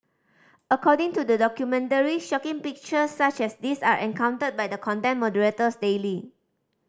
according to the documentary shocking pictures such as these are encountered by the content moderators daily